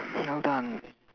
well done